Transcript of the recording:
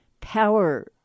power